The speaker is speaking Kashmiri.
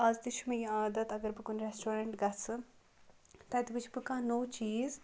اَز تہِ چھُ مےٚ یہِ عادَت اگر بہٕ کُنہِ ریٚسٹورَنٹ گَژھٕ تَتہِ وُچھٕ بہٕ کانٛہہ نوٚو چیٖز